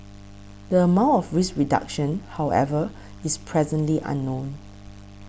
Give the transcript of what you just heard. the amount of risk reduction however is presently unknown